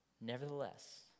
nevertheless